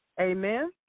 Amen